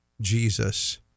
Jesus